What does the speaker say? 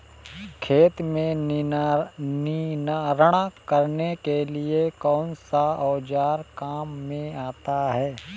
खेत में निनाण करने के लिए कौनसा औज़ार काम में आता है?